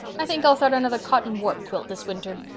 i think i'll start another cotton warp quilt this winter.